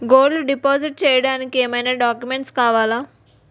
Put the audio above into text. Gold deposit చేయడానికి ఏమైనా documents కావాలా?